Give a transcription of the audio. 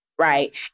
right